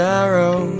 arrow